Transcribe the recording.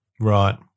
Right